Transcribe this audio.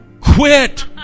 quit